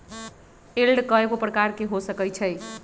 yield कयगो प्रकार के हो सकइ छइ